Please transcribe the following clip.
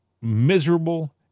miserable